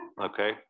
okay